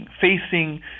facing